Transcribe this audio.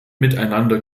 miteinander